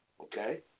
okay